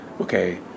okay